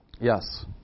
yes